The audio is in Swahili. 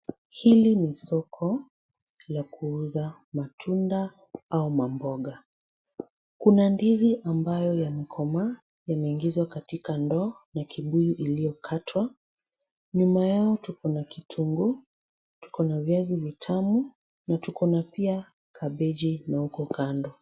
Hili ni soko la kuuza matunda au mamboga. Kuna ndizi ambayo yamekomaa yameingizwa katika ndoo ya kibuyu iliyokatwa. Nyuma yao tuko na kitunguu, tuko na viazi vitamu na tuko na pia kabeji na huko kando.